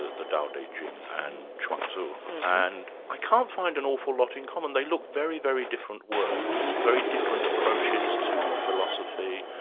the tao te ching and chuang tse and i can't find an awful lot in common. they look very, very different works, very different approaches to philosophy.